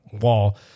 wall